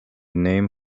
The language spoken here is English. name